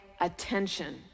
attention